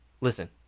Listen